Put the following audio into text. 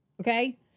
okay